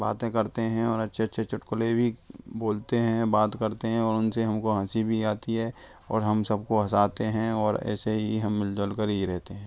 बातें करते हैं और अच्छे अच्छे चुटकुले भी बोलते हैं बात करते हैं और उन से हम को हँसी भी आती है और हम सब को हँसाते हैं और ऐसे ही हम मिल जुल कर ही रहते हैं